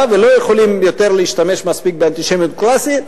ולא יכולים יותר להשתמש מספיק באנטישמיות קלאסית,